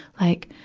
like,